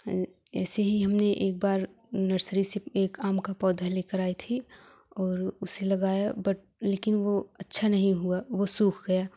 ऐसे ही हमने एक बार नर्सरी सिर्फ एक आम का पौधा लेकर आई थी और उसे लगाया बट लेकिन वो अच्छा नहीं हुआ वो सूख गया